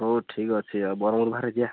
ହଉ ଠିକ୍ ଅଛି ଆଉ ବାହାରେ ଯିବା